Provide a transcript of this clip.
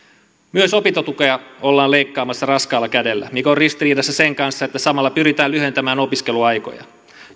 myös opintotukea ollaan leikkaamassa raskaalla kädellä mikä on ristiriidassa sen kanssa että samalla pyritään lyhentämään opiskeluaikoja